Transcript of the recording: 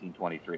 1923